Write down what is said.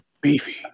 Beefy